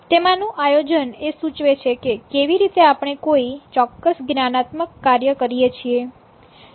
તેમાંનું આયોજન એ સૂચવે છે કે કેવી રીતે આપણે કોઈ ચોક્કસ જ્ઞાનાત્મક કાર્ય કરીએ છીએ